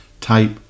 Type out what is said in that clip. type